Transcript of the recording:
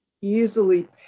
easily